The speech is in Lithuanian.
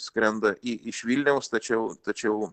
skrenda į iš vilniaus tačiau tačiau